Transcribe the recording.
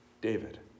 David